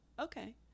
okay